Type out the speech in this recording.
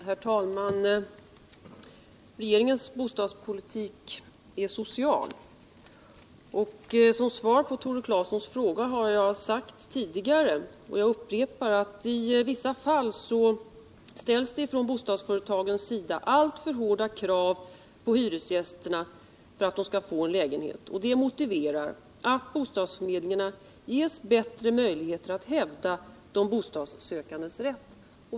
Herr talman! Regeringens bostadspolitik är social. Som svar på Tore Claesons fråga har jag sagt tidigare, och jag upprepar det nu, att i vissa fall ställs det från bostadsföretagens sida alltför hårda krav på hyresgästerna för att de skall få en lägenhet. Det motiverar att bostadsförmedlingarna ges bättre möjligheter att hävda de bostadssökandes rätt.